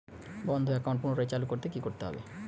বন্ধ একাউন্ট পুনরায় চালু করতে কি করতে হবে?